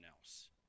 else